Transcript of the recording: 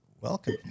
Welcome